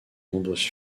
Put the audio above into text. nombreuses